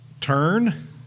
turn